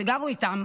שגרו איתם,